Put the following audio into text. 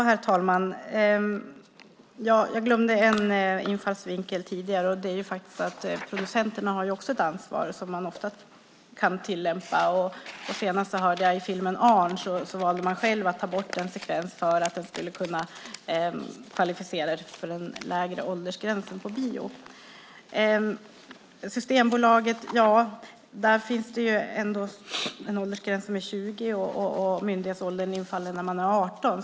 Herr talman! Jag glömde en infallsvinkel tidigare, och det är att producenterna också har ett ansvar som man ofta kan tillämpa. Senast hörde jag angående filmen Arn att man själv valde att ta bort en sekvens för att den skulle kunna kvalificera för en lägre åldersgräns på bio. På Systembolaget finns det ändå en åldersgräns på 20. Myndighetsåldern infaller vid 18.